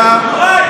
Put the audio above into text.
איתך